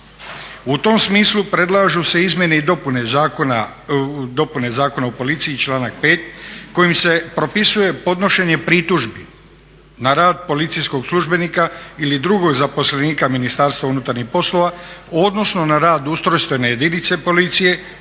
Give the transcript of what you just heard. U tom smislu predlažu se izmjene i dopune Zakona o policiji članak 5. kojim se propisuje podnošenje pritužbi na rad policijskog službenika ili drugog zaposlenika Ministarstva unutarnjih poslova odnosno na rad ustrojstvene jedinice policije